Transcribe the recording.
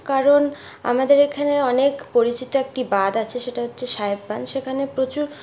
কারণ আমাদের এখানের অনেক পরিচিত একটি বাঁধ আছে সেটা হচ্ছে সাহেবপাল সেখানে প্রচুর